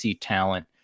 talent